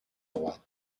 droite